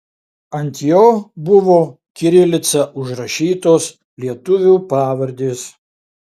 ant jo buvo kirilica užrašytos lietuvių pavardės